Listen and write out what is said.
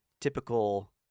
typical